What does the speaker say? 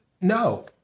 No